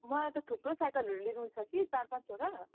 मलाई त थुप्रो साइकलहरू लिनु छ कि चार पाँचवटा